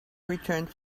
returned